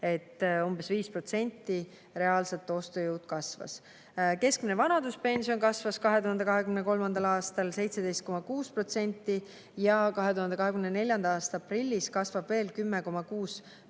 et umbes 5% ostujõud reaalselt kasvas. Keskmine vanaduspension kasvas 2023. aastal 17,6% ja 2024. aasta aprillis kasvab veel 10,6%